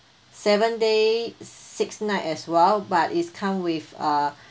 seven day six night as well but it's come with uh